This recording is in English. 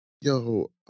yo